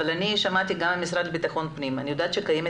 אבל אני שמעתי גם מהמשרד לביטחון פנים ואני יודעת שקיימת